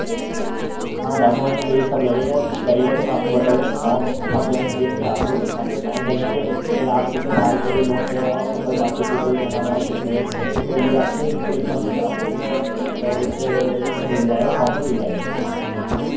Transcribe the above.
हाँ डॉक्यूमेंट में यही सब लगेगा और कुछ लगेगा तो मैं आपको बता दूँ ये फ़ॉर्म हम जो हम देंगे आपको जिसमें आपके साइन लगेंगे या आप कितने साल के लिए लोन ले रहे हो आप कब तक वापिस दे दोगे हमारा पेमेंट ओर ये आपके इंफॉर्मेशन आपको क्या बोलते हैं उसमें मिल जाएगा फ़ॉर्म में मिल जाएगी